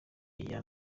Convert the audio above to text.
iya